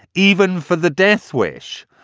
even for the deathwish?